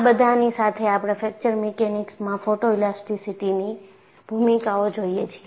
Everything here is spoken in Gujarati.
આ બધાની સાથે આપણે ફ્રેક્ચર મિકેનિક્સમાં ફોટોઇલાસ્ટીસીટીનીની ભૂમિકાઓ જોઈએ છીએ